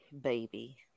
baby